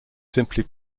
simply